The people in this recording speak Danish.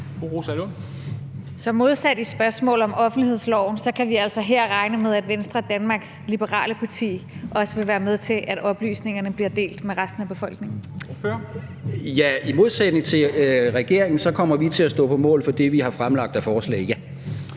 Så modsat i spørgsmål om offentlighedsloven kan vi altså her regne med, at Venstre, Danmarks Liberale Parti, også vil være med til, at oplysningerne bliver delt med resten af befolkningen? Kl. 13:42 Formanden (Henrik Dam Kristensen): Ordføreren. Kl.